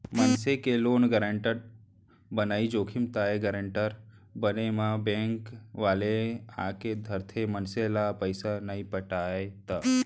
मनसे के loan guarantor बनई जोखिम ताय गारेंटर बने म बेंक वाले आके धरथे, मनसे ह पइसा नइ पटाय त